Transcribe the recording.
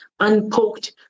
Unpoked